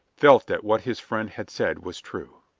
felt that what his friend had said was true.